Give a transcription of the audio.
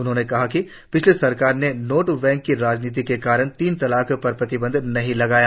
उन्होंने कहा कि पिछली सरकारों ने वोट बैंक की राजनीति के कारण तीन तलाक पर प्रतिबंध नहीं लगाया